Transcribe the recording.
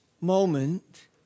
moment